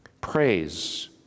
Praise